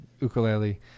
ukulele